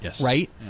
right